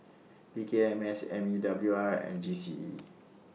P K M S M E W R and G C E